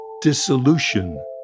dissolution